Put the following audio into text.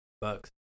Bucks